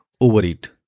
overeat